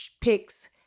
picks